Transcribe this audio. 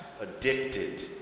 addicted